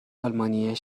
آلمانی